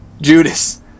Judas